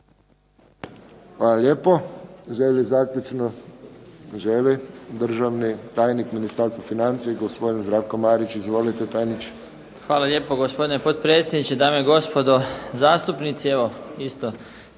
Hvala lijepo. Želi li zaključno? Želi. Državni tajni Ministarstva financija gospodin Zdravko Marić. Izvolite tajniče. **Marić, Zdravko** Hvala lijepo. Gospodine potpredsjedniče, dame i gospodo zastupnici.